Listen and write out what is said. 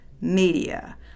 media